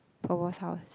Po-Po's house